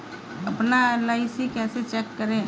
अपना एल.आई.सी कैसे चेक करें?